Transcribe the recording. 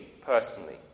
personally